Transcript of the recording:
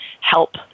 Help